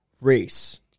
race